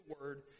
word